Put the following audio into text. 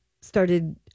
started